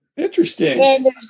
Interesting